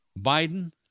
Biden